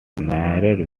married